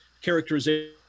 characterization